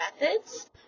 methods